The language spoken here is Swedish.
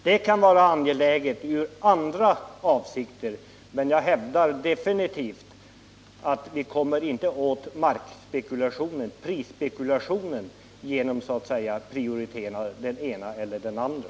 Det kan vara angeläget av andra skäl, men jag hävdar bestämt att vi inte kommer åt prisspekulationen genom att prioritera den ene eller den andre.